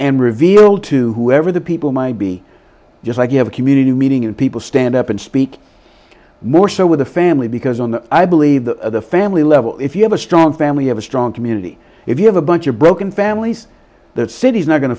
and reveal to whoever the people might be just like you have a community meeting and people stand up and speak more so with the family because on the i believe the family level if you have a strong family have a strong community if you have a bunch of broken families that city is not going to